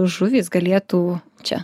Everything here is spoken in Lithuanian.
žuvys galėtų čia